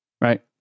right